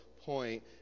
point